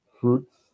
fruits